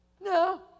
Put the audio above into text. No